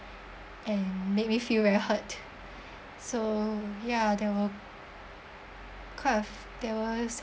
and make feel very hot so ya there were quite a f~ there were